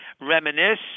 reminisce